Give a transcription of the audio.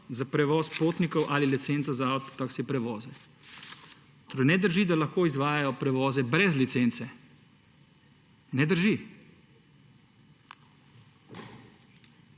za prevoz potnikov ali licenco za avtotaksi prevoze. Torej ne drži, da lahko izvajajo prevoze brez licence. Ne drži.